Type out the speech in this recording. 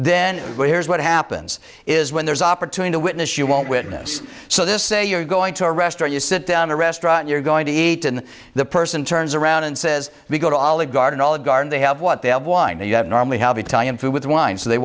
but here's what happens is when there's opportunity witness you won't witness so this say you're going to a restaurant you sit down a restaurant you're going to eat and the person turns around and says we go to olive garden olive garden they have what they have wine and you have normally have italian food with wine so they